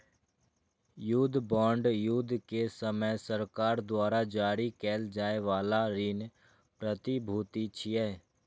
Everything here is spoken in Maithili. युद्ध बांड युद्ध के समय सरकार द्वारा जारी कैल जाइ बला ऋण प्रतिभूति छियै